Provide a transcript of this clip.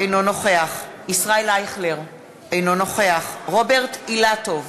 אינו נוכח ישראל אייכלר, אינו נוכח רוברט אילטוב,